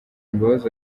imbabazi